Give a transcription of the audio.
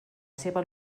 seva